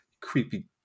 Creepy